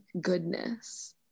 goodness